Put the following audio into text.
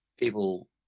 people